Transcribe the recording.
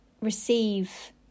receive